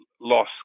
loss